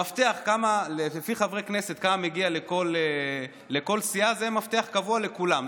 המפתח לפי חברי כנסת שלפיו נקבע כמה מגיע לכל סיעה הוא מפתח קבוע לכולם.